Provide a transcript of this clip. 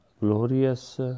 glorious